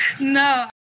No